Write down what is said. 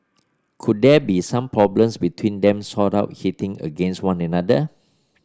could there be some problems between them sort out hitting against one another